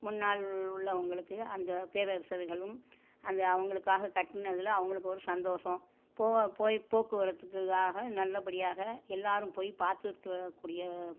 முன்னாள் உள் உள்ளவங்களுக்கு அந்த பேரரசர்களும் அந்த அவங்களுக்காக கட்டினதுல அவங்களுக்கு ஒரு சந்தோஷம் போக போய் போக்குவரத்துக்காக நல்லபடியாக எல்லாரும் போய் பார்த்துட்டு வரக்கூடிய